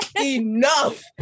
enough